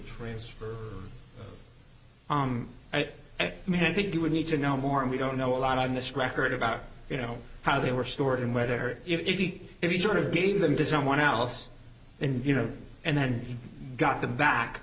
trains i mean i think you would need to know more and we don't know a lot on this record about you know how they were stored and whether if you if you sort of gave them to someone else and you know and then got them back